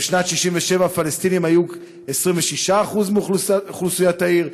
בשנת 67' הפלסטינים היו 26% מאוכלוסיית העיר,